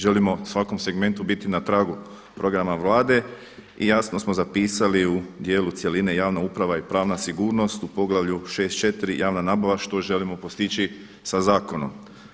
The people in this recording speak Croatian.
Želimo svakom segmentu biti na tragu programa Vlade i jasno smo zapisali u djelu cjeline javna uprava i pravna sigurnost u poglavlju 6.4. javna nabava što želimo postići sa zakonom?